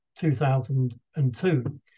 2002